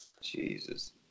Jesus